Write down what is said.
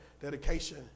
dedication